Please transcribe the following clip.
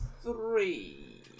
three